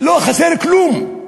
לא חסר כלום,